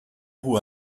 who